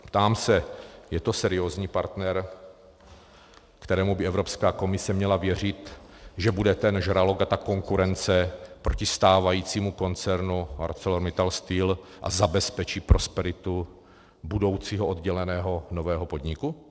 Ptám se: Je to seriózní partner, kterému by Evropská komise měla věřit, že bude ten žralok a ta konkurence proti stávajícímu koncernu ArcelorMittal Steel a zabezpečí prosperitu budoucího odděleného nového podniku?